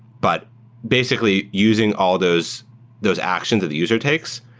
but basically, using all those those actions that the user takes,